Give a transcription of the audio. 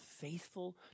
faithful